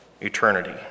eternity